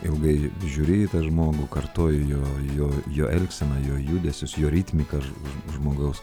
ilgai žiūrėjai į tą žmogų kartoji jo jo jo elgseną jo judesius jo ritmiką žmogaus